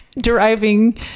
driving